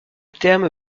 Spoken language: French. terme